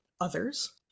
others